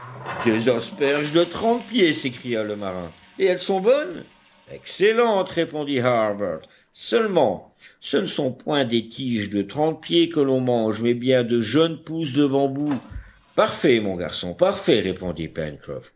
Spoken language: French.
des asperges de trente pieds s'écria le marin et elles sont bonnes excellentes répondit harbert seulement ce ne sont point des tiges de trente pieds que l'on mange mais bien de jeunes pousses de bambous parfait mon garçon parfait répondit